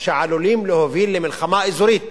שעלולים להוביל למלחמה אזורית.